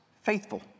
faithful